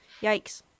Yikes